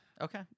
okay